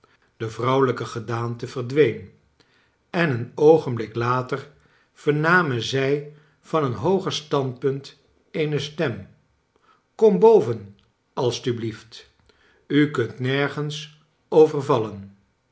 de vrouwelijke gedaante verdween en een oogenblik later vernamen zij van een hooger standpunt eene stem kom boven alstubiieft u kunt nergens